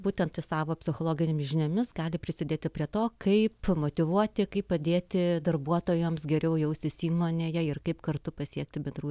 būtent savo psichologinėmis žiniomis gali prisidėti prie to kaip motyvuoti kaip padėti darbuotojams geriau jaustis įmonėje ir kaip kartu pasiekti bendrų